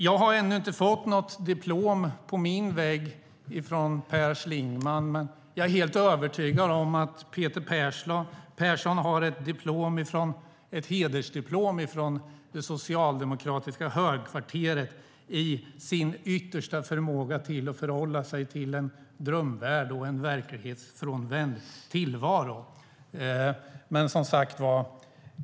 Jag har ännu inte fått något diplom på min vägg från Per Schlingmann, men jag är helt övertygad om att Peter Persson har ett hedersdiplom från det socialdemokratiska högkvarteret för sin förmåga att förhålla sig till en drömvärld och en verklighetsfrånvänd tillvaro.